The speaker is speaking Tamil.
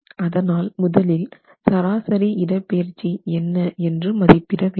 அதனால் முதலில் சராசரி இடப்பெயர்ச்சி என்ன என்று மதிப்பிட வேண்டும்